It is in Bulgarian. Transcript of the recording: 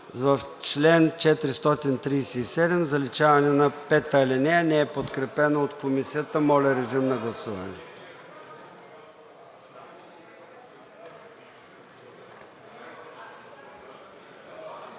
в чл. 437 заличаване на ал. 5. Не е подкрепено от Комисията. Моля, режим на гласуване.